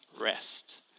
rest